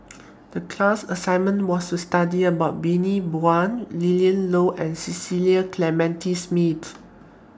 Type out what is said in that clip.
The class assignment was to study about Bani Buang Willin Low and Cecil Clementi Smith